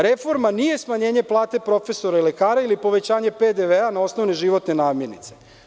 Reforma nije smanjenje plata profesora i lekara ili povećanje PDV-a na osnovne životne namirnice.